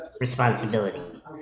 responsibility